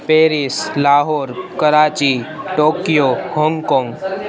Paris Lahore Karachi Tokyo Hong Kong